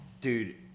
Dude